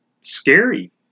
scary